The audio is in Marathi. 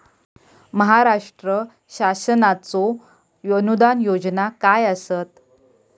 महाराष्ट्र शासनाचो अनुदान योजना काय आसत?